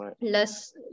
less